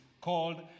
called